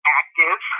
active